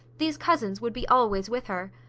these cousins would be always with her.